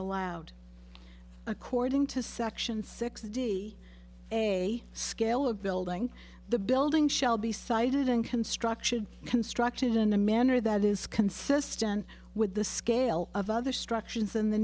allowed according to section sixty a scale of building the building shall be cited in construction constructed in a manner that is consistent with the scale of other structures in the